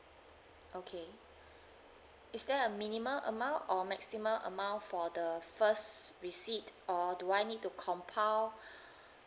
okay is there a minimum amount or maximum amount for the first receipt or do I need to compile